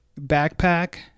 backpack